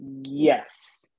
Yes